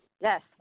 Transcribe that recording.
Yes